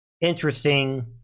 Interesting